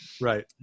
Right